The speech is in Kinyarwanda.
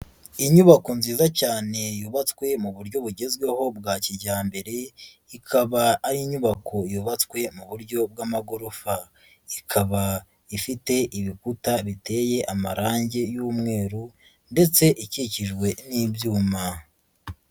Inyubako nziza cyane yubatswe mu buryo bugezweho bwa kijyambere, ikaba ari inyubako yubatswe mu buryo bw'amagorofa, ikaba ifite ibikuta biteye amarangi y'umweru ndetse ikikijwe n'ibyuma.